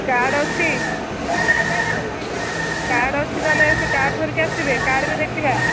card ଅଛି card ଅଛି ତା'ହେଲେ ସେ କାର୍ଡ଼ ଧରିକି ଆସିବେ କାର୍ଡ଼ ବି ଦେଖିବା